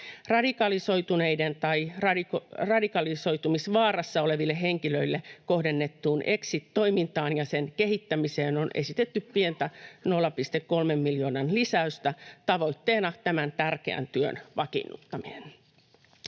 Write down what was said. Radikalisoituneille tai radikalisoitumisvaarassa oleville henkilöille kohdennettuun exit-toimintaan ja sen kehittämiseen on esitetty pientä, 0,3 miljoonan lisäystä, tavoitteena tämän tärkeän työn vakiinnuttaminen.